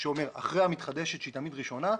שאומר שאחרי המתחדשת שהיא תמיד ראשונה,